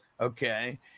okay